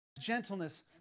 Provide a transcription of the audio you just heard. gentleness